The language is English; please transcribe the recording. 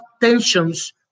tensions